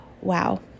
wow